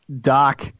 Doc